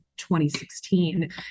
2016